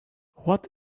what